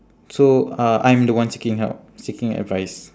so uh I'm the one seeking help seeking advice